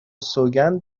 سوگند